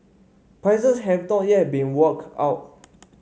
prices have not yet been worked out